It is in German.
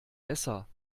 besser